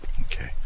Okay